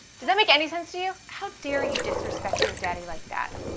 does that make any sense to you? how dare you disrespect your daddy like that?